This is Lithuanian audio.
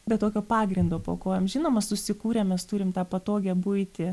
be tokio pagrindo po kojom žinoma susikūrę mes turim tą patogią buitį